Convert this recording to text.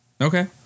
Okay